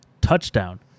touchdown